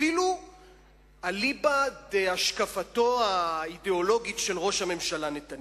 אפילו אליבא דהשקפתו האידיאולוגית של ראש הממשלה נתניהו.